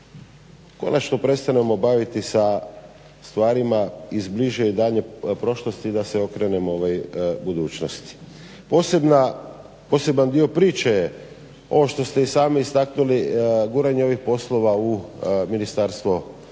konačno prestanemo baviti sa stvarima iz bliže i daljnje prošlosti da se okrenemo budućnosti. Poseban dio priče je ovo što ste i sami istaknuli, guranje ovih poslova u Ministarstvo branitelja.